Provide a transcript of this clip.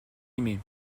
aimé